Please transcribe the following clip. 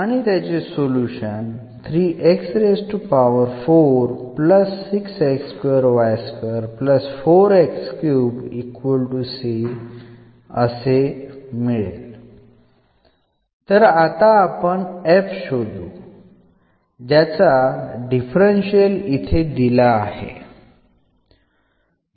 solution तर आता आपण f शोधू ज्याचा डिफरन्शियल इथे दिला आहे